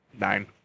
Nine